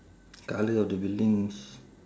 colour of the buildings